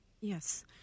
Yes